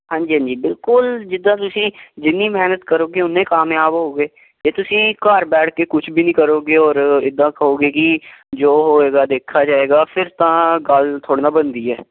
ਹਾਂਜੀ ਹਾਂਜੀ ਬਿਲਕੁਲ ਜਿੱਦਾਂ ਤੁਸੀਂ ਜਿੰਨੀ ਮਿਹਨਤ ਕਰੋਗੇ ਉੰਨੇ ਕਾਮਯਾਬ ਹੋਵੋਗੇ ਜੇ ਤੁਸੀਂ ਘਰ ਬੈਠ ਕੇ ਕੁਛ ਵੀ ਨਹੀਂ ਕਰੋਗੇ ਔਰ ਇੱਦਾਂ ਕਹੋਗੇ ਕਿ ਜੋ ਹੋਵੇਗਾ ਦੇਖਿਆ ਜਾਵੇਗਾ ਫਿਰ ਤਾਂ ਗੱਲ ਥੋੜ੍ਹੀ ਨਾ ਬਣਦੀ ਹੈ